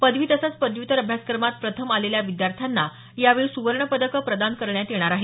पदवी तसंच पदव्यूत्तर अभ्यासक्रमात प्रथम आलेल्या विद्यार्थ्यांना यावेळी सुर्वणपदकं प्रदान करण्यात येणार आहेत